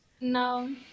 No